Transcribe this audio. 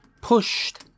pushed